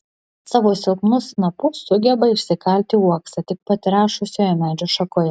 savo silpnu snapu sugeba išsikalti uoksą tik patrešusioje medžio šakoje